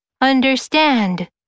Understand